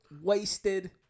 wasted